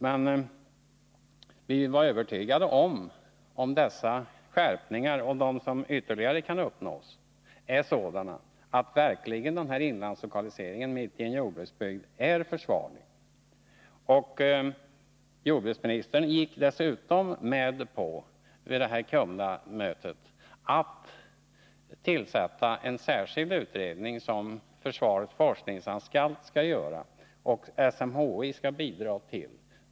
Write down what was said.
Men vi är inte övertygade om att dessa skärpningar och de ytterligare som kan uppnås är sådana att en inlandslokalisering mitt i en jordbruksbygd verkligen är försvarlig. Jordbruksministern gick dessutom vid Kumlamötet med på att tillsätta en särskild utredning som försvarets forskningsanstalt skall göra och SMHI medverka till.